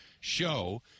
Show